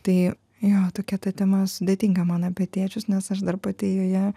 tai jo tokia ta tema sudėtinga man apie tėčius nes aš dar pati joje